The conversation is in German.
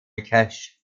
cash